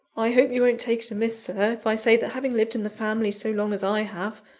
i hope you won't take it amiss, sir, if i say that having lived in the family so long as i have,